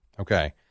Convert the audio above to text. Okay